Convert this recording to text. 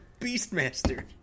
Beastmaster